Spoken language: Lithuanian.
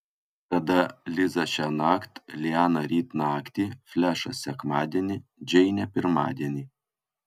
tada liza šiąnakt liana ryt naktį flešas sekmadienį džeinė pirmadienį